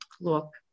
look